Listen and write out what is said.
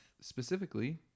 specifically